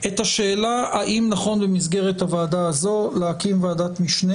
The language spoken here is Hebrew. את השאלה האם נכון במסגרת הוועדה הזו להקים ועדת משנה